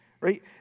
right